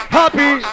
happy